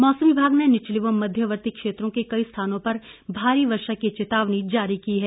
मौसम विभाग ने निचले व मध्यवर्ती क्षेत्रों के कई स्थानों पर भारी वर्षा की चेतावनी जारी की है